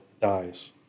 dies